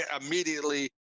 immediately